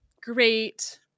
great